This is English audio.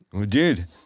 Dude